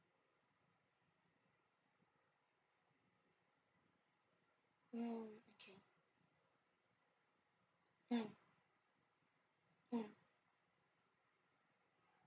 mm mm mm